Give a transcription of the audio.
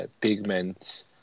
pigments